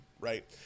Right